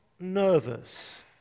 nervous